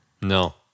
No